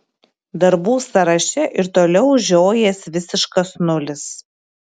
darbų sąraše ir toliau žiojės visiškas nulis